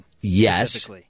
Yes